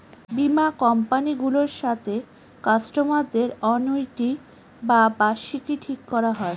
বীমা কোম্পানি গুলোর সাথে কাস্টমারদের অনুইটি বা বার্ষিকী ঠিক করা হয়